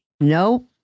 Nope